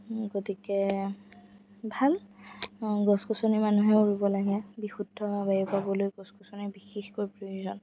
গতিকে ভাল গছ গছনি মানুহে ৰুব লাগে বিশুদ্ধ বায়ু পাবলৈ গছ গছনি বিশেষকৈ প্ৰয়োজন